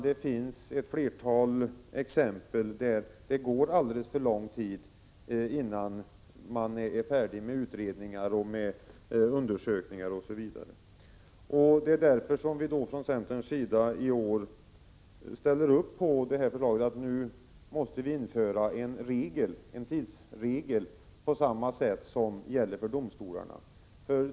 Det finns ett flertal exempel där det går alldeles för lång tid innan man är färdig med utredningar, undersökningar, osv. Det är därför som vi från centerns sida i år ställer oss bakom förslaget att vi nu måste införa en tidsregel på samma sätt som gäller för domstolarna.